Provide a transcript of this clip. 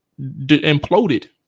imploded